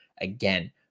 again